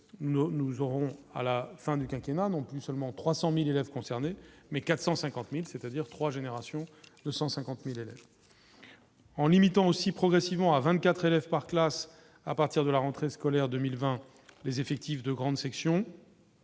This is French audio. nous aurons à la fin du quinquennat non plus seulement 300000 élèves concernés, mais 450000 c'est-à-dire 3 générations de 150000 élèves en limitant aussi progressivement à 24 élèves par classe, à partir de la rentrée scolaire 2020 les effectifs de grande section.